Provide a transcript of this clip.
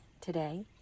Today